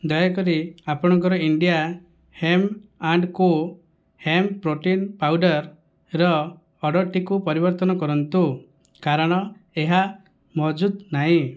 ଦୟାକରି ଆପଣଙ୍କର India hemp and co hemp protein ପାଉଡର୍ର ଅର୍ଡ଼ର୍ଟିକୁ ପରିବର୍ତ୍ତନ କରନ୍ତୁ କାରଣ ଏହା ମହଜୁଦ ନାହିଁ